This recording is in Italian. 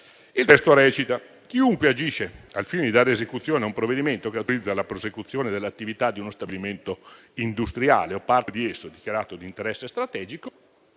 Il testo stabilisce che chiunque agisce al fine di dare esecuzione a un provvedimento che autorizza la prosecuzione dell'attività di uno stabilimento industriale o di parte di esso dichiarato di interesse strategico